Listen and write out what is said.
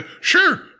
Sure